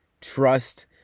trust